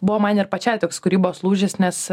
buvo man ir pačiai toks kūrybos lūžis nes